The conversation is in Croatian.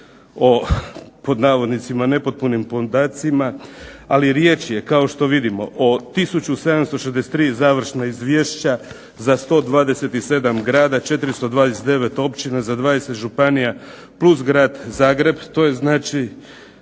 o pod navodnicima nepotpunim podacima, ali riječ je kao što vidimo o tisuću 763 završna izvješća za 127 grada, 429 općina, za 20 županija plus Grad Zagreb, to je znači